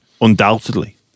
undoubtedly